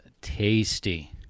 tasty